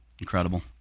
Incredible